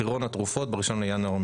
מחירון התרופות מתעדכן ב-1 בינואר.